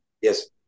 yes